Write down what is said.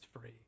free